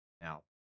Now